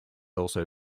also